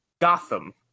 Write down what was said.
Gotham